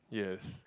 yes